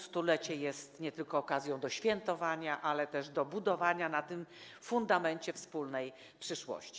Stulecie jest nie tylko okazją do świętowania, ale też do budowania na tym fundamencie wspólnej przyszłości.